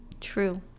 true